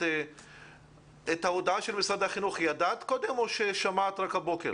על ההודעה של משרד החינוך ידעת קודם או שמעת רק הבוקר?